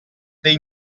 dei